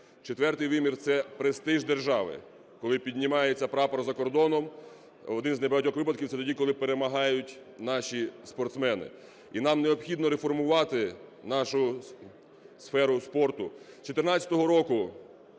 Четвертий вимір – це престиж держави, коли піднімається прапор за кордоном, один з небагатьох випадків – це тоді, коли перемагають наші спортсмени. І нам необхідно реформувати нашу сферу спорту.